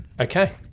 Okay